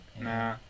Nah